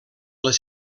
les